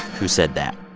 who said that